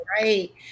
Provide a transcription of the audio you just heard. Right